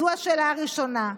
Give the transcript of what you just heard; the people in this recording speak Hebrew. זו השאלה הראשונה.